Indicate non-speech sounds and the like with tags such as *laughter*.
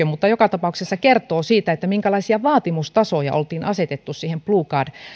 *unintelligible* mutta joka tapauksessa se kertoo siitä minkälaisia vaatimustasoja oltiin asetettu siihen blue card